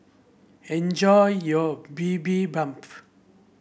enjoy your Bibimbap